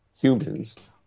humans